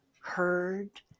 heard